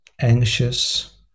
anxious